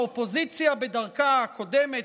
האופוזיציה בדרכה הקודמת,